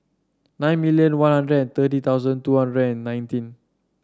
nine million One Hundred and thirty thousand two hundred and nineteen